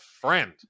friend